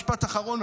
משפט אחרון,